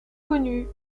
connue